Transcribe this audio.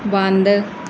ਬੰਦ